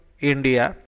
India